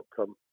outcome